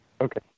Okay